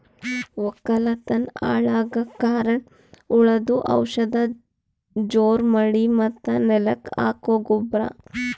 ವಕ್ಕಲತನ್ ಹಾಳಗಕ್ ಕಾರಣ್ ಹುಳದು ಔಷಧ ಜೋರ್ ಮಳಿ ಮತ್ತ್ ನೆಲಕ್ ಹಾಕೊ ಗೊಬ್ರ